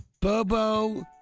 Bobo